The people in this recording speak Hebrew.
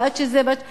ועד שזה ועד שזה,